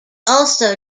also